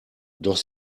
doch